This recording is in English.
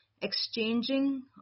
exchanging